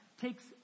takes